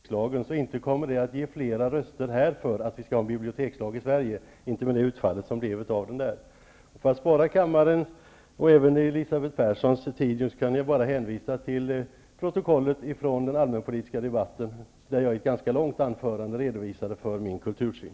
Fru talman! Jag kan konstatera att om jag skall sprida information om effekterna av detta, kommer det inte att ge fler röster för att vi skall ha en bibliotekslag i Sverige, inte med det utfall som man fick i Danmark. För att spara kammarens och även Elisabeth Perssons tid kan jag bara hänvisa till protokollet från den allmänpolitiska debatten, där jag i ett ganska långt anförande redovisade min kultursyn.